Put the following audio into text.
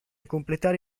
completare